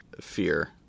fear